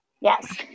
Yes